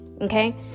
okay